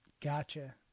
Gotcha